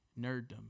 nerddom